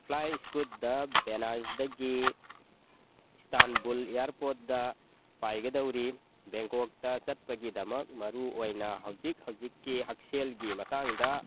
fly ꯏꯁꯀꯨꯠꯇ ꯕꯦꯅꯥꯖꯗꯒꯤ Istanbul ꯏꯌꯔꯄꯣꯔꯠꯇ ꯄꯥꯏꯒꯗꯧꯔꯤ ꯕꯦꯡꯀꯣꯛꯇ ꯆꯠꯄꯒꯤꯗꯃꯛ ꯃꯔꯨ ꯑꯣꯏꯅ ꯍꯧꯖꯤꯛ ꯍꯧꯖꯤꯛꯀꯤ ꯍꯛꯁꯦꯜꯒꯤ ꯃꯇꯥꯡꯗ